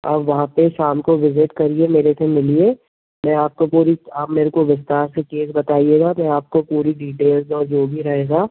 आप वहाँ पर शाम को विज़िट करिए मेरे से मिलिए मैं आपको पूरी आप मेरे को विस्तार से केस बताइएगा मैं आपको पूरी डिटेल्स और जो भी रहेगा